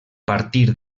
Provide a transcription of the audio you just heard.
partir